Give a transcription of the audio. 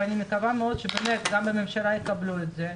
ואני מקווה מאוד שבאמת גם בממשלה יקבלו את זה,